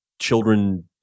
Children